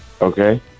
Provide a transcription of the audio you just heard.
Okay